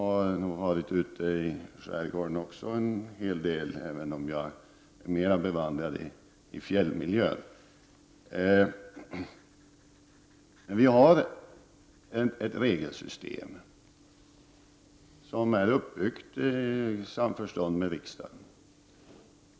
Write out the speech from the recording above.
Jag har varit ute i skärgården en hel del, även om jag är mera bevandrad i fjällmiljö. Vi har ett regelsystem som är uppbyggt i samförstånd med riksdagen.